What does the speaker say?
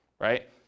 right